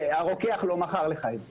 והרוקח לא מכר לך את זה.